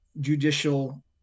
Judicial